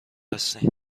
هستین